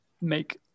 make